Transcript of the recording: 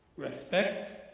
respect,